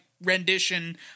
rendition